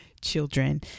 children